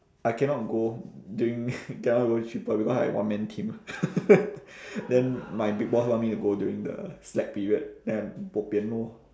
I cannot go during cannot go cheaper because I one man team then my big boss want me to go during the slack period then I bo pian loh